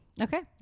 okay